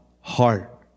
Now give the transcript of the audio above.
heart